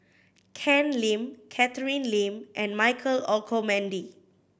Ken Lim Catherine Lim and Michael Olcomendy